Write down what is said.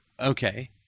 Okay